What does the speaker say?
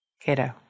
Cato